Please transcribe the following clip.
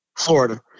Florida